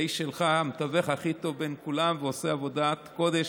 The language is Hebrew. האיש שלך המתווך הכי טוב בין כולם והוא עושה עבודת קודש,